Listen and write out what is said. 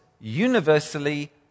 universally